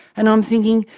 and i'm thinking,